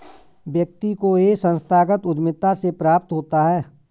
व्यक्ति को यह संस्थागत उद्धमिता से प्राप्त होता है